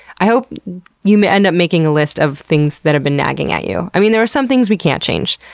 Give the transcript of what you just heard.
i hope you end up making a list of things that have been nagging at you. i mean, there are some things we can't change.